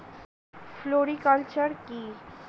Floriculture কি?